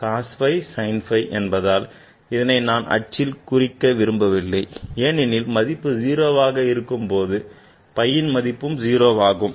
ஆனால் இது cos phi sin phi என்பதால் இதனை நான் x அச்சில் குறைக்க விரும்பவில்லை ஏனெனில் மதிப்பு 0ஆக இருக்கும்போது phi ன் மதிப்பும் 0 ஆகும்